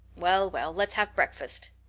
well, well, let us have breakfast,